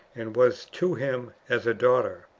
and was to him as a daughter.